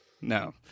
No